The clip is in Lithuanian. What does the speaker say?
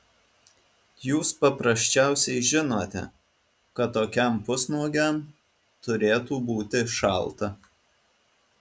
jūs paprasčiausiai žinote kad tokiam pusnuogiam turėtų būti šalta